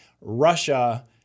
Russia